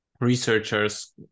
researchers